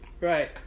Right